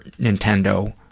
Nintendo